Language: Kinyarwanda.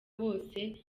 bose